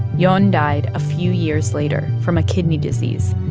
jon died a few years later from a kidney disease,